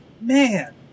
man